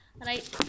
right